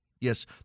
Yes